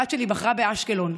הבת שלי בחרה באשקלון.